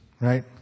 right